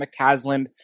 McCasland